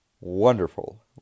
wonderful